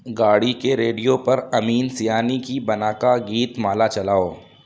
گاڑی کے ریڈیو پر امین سیانی کی بناکا گیت مالا چلاؤ